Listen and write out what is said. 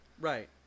Right